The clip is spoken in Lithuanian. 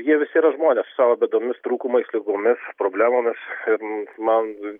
jie visi yra žmonės su savo bėdomis trūkumais ligomis problemomis ir man